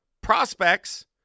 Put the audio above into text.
Prospects